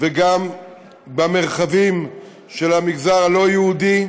וגם במרחבים של המגזר הלא-יהודי.